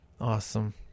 Awesome